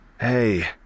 Hey